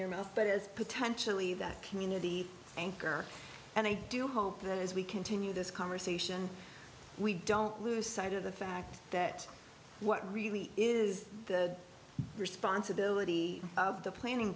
your mouth but it is potentially that community anchor and i do hope that as we continue this conversation we don't lose sight of the fact that what really is the responsibility of the planning